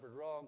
wrong